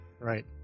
right